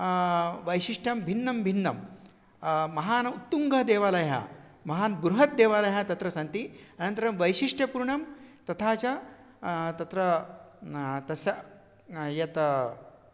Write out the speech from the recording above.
वैशिष्ट्यं भिन्नं भिन्नं महान् उत्तुङ्गः देवालयः महान् बृहत् देवालयः तत्र सन्ति अनन्तरं वैशिष्ट्यपूर्णं तथा च तत्र तस्य यत्